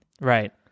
Right